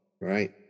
right